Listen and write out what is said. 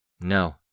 No